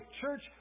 church